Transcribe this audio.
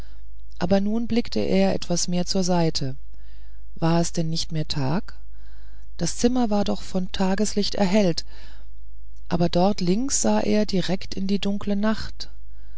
aber nun blickte er etwas mehr zur seite war es denn nicht mehr tag das zimmer war doch von tageslicht erhellt aber dort links sah er direkt in dunkle nacht